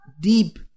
deep